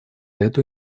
эту